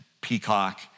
Peacock